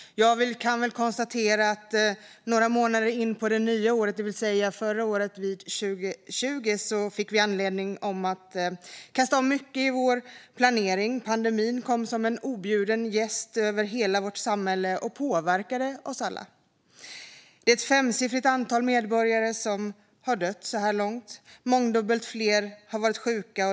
Vi kan väl konstatera att några månader in på det nya året, det vill säga 2020, fick vi anledning att kasta om mycket i vår planering. Pandemin kom som en objuden gäst till hela vårt samhälle och påverkade oss alla. Det är ett femsiffrigt antal svenska medborgare som har dött så här långt. Mångdubbelt fler har varit sjuka.